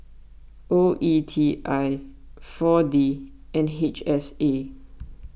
O E T I four D and H S A